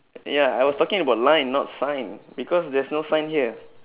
ya I was talking about line not sign because there's no sign here